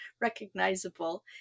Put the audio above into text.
recognizable